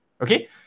okay